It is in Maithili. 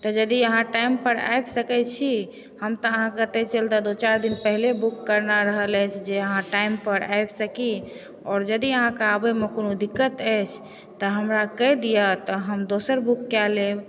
तऽ यदि अहाँ टाइम पर आबि सकै छी हम तऽ अहाँकेॅं ताहि चलते दू चारि दिन पहिले बुक करना रहल अछि जे अहाँ टाइम पर आबि सकी आओर यदि अहाँकेॅं आबैमे कोनो दिक्कत अछि तऽ हमरा कहि दिअ तऽ हम दोसर बुक कऽ लेब